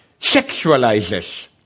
sexualizes